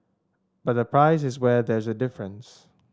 but the price is where there is a difference